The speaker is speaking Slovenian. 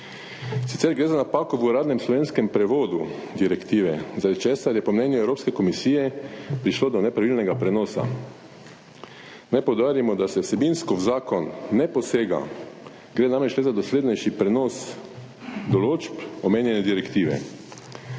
Sicer gre za napako v uradnem slovenskem prevodu direktive, zaradi česar je po mnenju Evropske komisije prišlo do nepravilnega prenosa. Naj poudarimo, da se vsebinsko v zakon ne posega, gre namreč le za doslednejši prenos določb omenjene direktive.